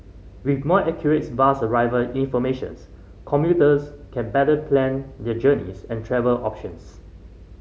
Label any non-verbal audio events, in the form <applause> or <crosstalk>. with more accurate <unintelligible> bus arrival informations commuters can better plan their journeys and travel options